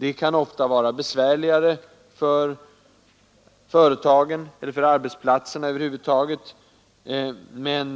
Detta kan ofta vara besvärligare för företagen och för arbetsplatserna över huvud taget, men